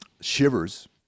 shivers